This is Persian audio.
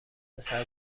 پسر